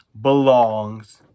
belongs